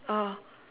oh